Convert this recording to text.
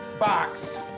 box